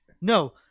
No